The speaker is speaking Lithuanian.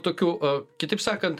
tokių a kitaip sakant